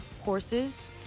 Horses